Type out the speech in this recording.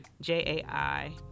J-A-I